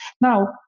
Now